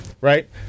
right